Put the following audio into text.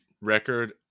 record